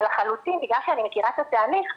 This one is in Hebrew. אבל לחלוטין בגלל שאני מכירה את התהליך,